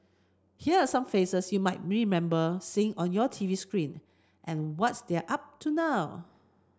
here are some faces you might remember seeing on your T V screen and what's they're up to now